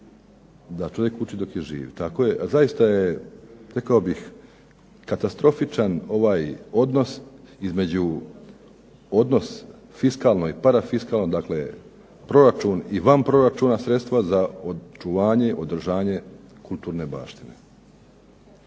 da čovjek uči dok je živ, tako je, a zaista je rekao bih katastrofičan ovaj odnos fiskalno i para fiskalno. Dakle, proračun i van proračunska sredstva za očuvanje, održanje kulturne baštine.